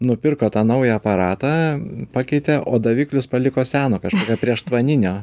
nupirko tą naują aparatą pakeitė o daviklius paliko seno kažkokio prieštvaninio